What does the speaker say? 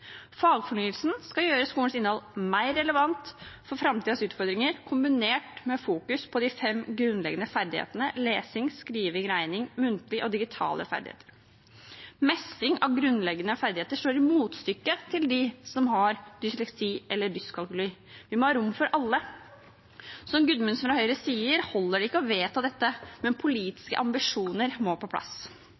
Fagfornyelsen skal gjøre skolens innhold mer relevant for framtidens utfordringer, kombinert med fokus på de fem grunnleggende ferdighetene lesing, skriving, regning, muntlige og digitale ferdigheter. Mestring av grunnleggende ferdigheter står i motsetning til dem som har dysleksi eller dyskalkuli. Vi må ha rom for alle. Som representanten Gudmundsen fra Høyre sier, holder det ikke å vedta dette, politiske ambisjoner må på plass.